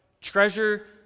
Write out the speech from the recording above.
treasure